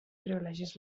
privilegis